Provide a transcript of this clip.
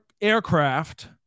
aircraft